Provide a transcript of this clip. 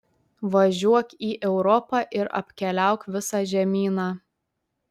važiuok į europą ir apkeliauk visą žemyną